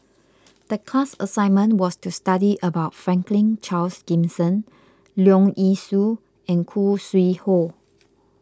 the class assignment was to study about Franklin Charles Gimson Leong Yee Soo and Khoo Sui Hoe